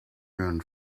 gun